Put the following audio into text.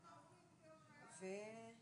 אני